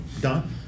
don